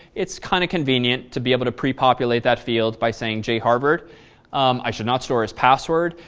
it's kind of convenient to be able to pre-populate that field by saying jharvard. i should not store his password.